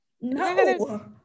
No